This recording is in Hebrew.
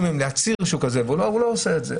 מהם להצהיר על מוגבלות לא עושים את זה.